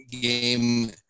game